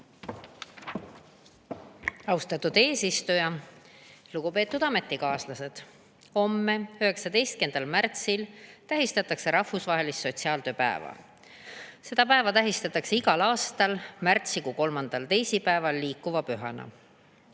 Austatud eesistuja! Lugupeetud ametikaaslased! Homme, 19. märtsil tähistatakse rahvusvahelist sotsiaaltöö päeva. Seda päeva tähistatakse igal aastal märtsikuu kolmandal teisipäeval liikuva pühana.